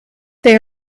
they